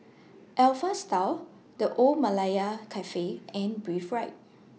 Alpha Style The Old Malaya Cafe and Breathe Right